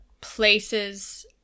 places